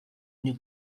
new